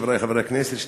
חברי חברי הכנסת,